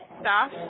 staff